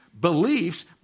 beliefs